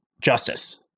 justice